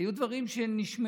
היו דברים שנשמרו,